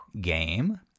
game